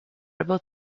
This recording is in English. about